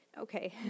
Okay